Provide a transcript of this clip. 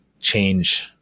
change